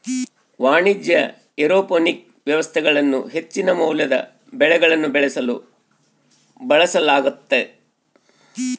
ವಾಣಿಜ್ಯ ಏರೋಪೋನಿಕ್ ವ್ಯವಸ್ಥೆಗಳನ್ನು ಹೆಚ್ಚಿನ ಮೌಲ್ಯದ ಬೆಳೆಗಳನ್ನು ಬೆಳೆಸಲು ಬಳಸಲಾಗ್ತತೆ